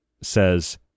says